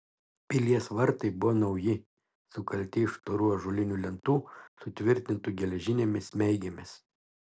pilies vartai buvo nauji sukalti iš storų ąžuolinių lentų sutvirtintų geležinėmis smeigėmis